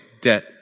debt